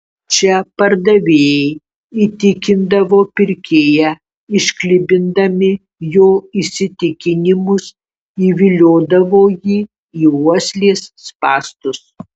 čia pardavėjai įtikindavo pirkėją išklibindami jo įsitikinimus įviliodavo jį į uoslės spąstus